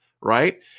Right